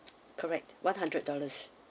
correct one hundred dollars